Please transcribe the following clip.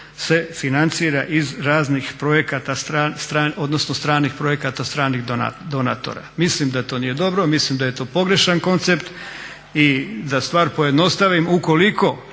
se financira iz raznih projekata odnosno stranih projekata stranih donatora. Mislim da to nije dobro, mislim da je to pogrešan koncept i da stvar pojednostavim, ukoliko